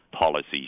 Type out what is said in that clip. policies